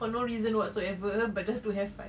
for no reason whatsoever but just to have fun